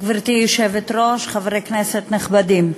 גברתי היושבת-ראש, חברי כנסת נכבדים,